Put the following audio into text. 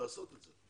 לעשות את זה.